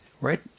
right